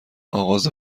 آغاز